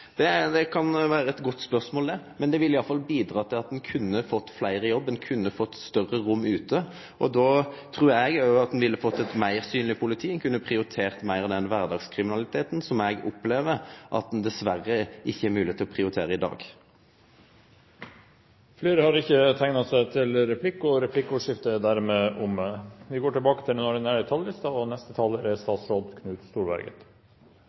kan vere eit godt spørsmål, men det ville i alle fall ha bidrege til at ein kunne fått fleire i jobb, ein kunne fått større rom ute. Då trur eg at ein òg ville fått eit meir synleg politi; ein kunne prioritert meir av den kvardagskriminaliteten som eg opplever at ein dessverre ikkje har moglegheit til å prioritere i dag. Replikkordskiftet er dermed omme. Aller først har jeg lyst til å gi uttrykk for at jeg syns denne debatten er mye bedre enn mange av de budsjettdebattene jeg har deltatt i – dette er